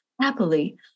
Happily